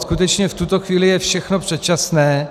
Skutečně v tuto chvíli je všechno předčasné.